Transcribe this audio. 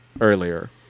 earlier